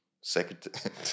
secretary